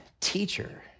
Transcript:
teacher